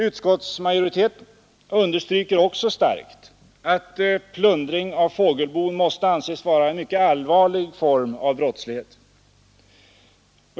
Utskottsmajoriteten understryker också starkt att plundring av fågelbon måste anses vara en mycket allvarlig form av brottslighet.